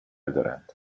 دارند